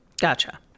gotcha